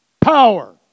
Power